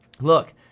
look